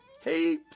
Hey